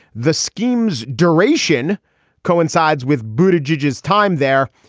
the scheme's duration coincides with bhuta judge's time there.